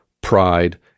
pride